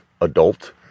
adult